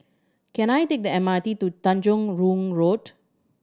can I take the M R T to Tanjong Rhu Road